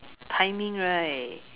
timing right